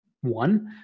one